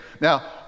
Now